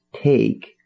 take